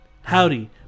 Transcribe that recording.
Howdy